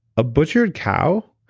a butchered cow.